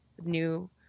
new